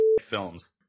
films